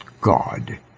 God